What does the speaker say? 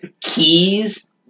keys